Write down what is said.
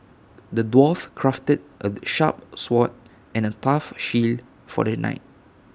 the dwarf crafted A sharp sword and A tough shield for the knight